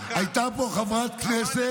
כאן הייתה פה חברת כנסת,